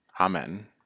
Amen